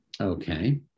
Okay